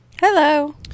Hello